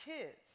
kids